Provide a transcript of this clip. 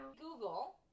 Google